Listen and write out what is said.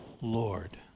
Lord